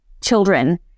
children